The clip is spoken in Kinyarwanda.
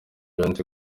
yanditse